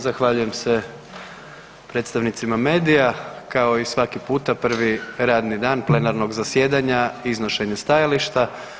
Zahvaljujem se predstavnicima medija, kao i svaki puta prvi radni dan plenarnog zasjedanja iznošenje stajališta.